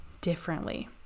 differently